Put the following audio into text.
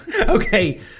Okay